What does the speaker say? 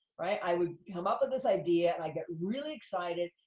right? i would come up with this idea, and i'd get really excited,